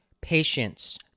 patience